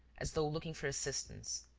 as though looking for assistance.